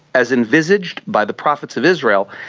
as envisaged by the profits of israel.